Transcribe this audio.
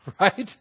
Right